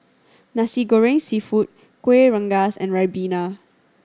Nasi Goreng Seafood Kueh Rengas and ribena